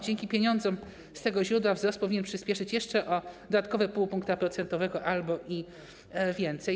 Dzięki pieniądzom z tego źródła wzrost powinien przyspieszyć jeszcze o dodatkowe 0,5 punktu procentowego albo i więcej.